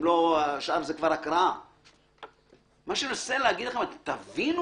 תבינו